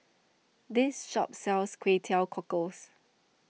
this shop sells Kway Teow Cockles